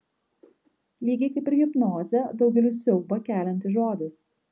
lygiai kaip ir hipnozė daugeliui siaubą keliantis žodis